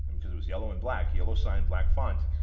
because it was yellow and black, yellow sign black font,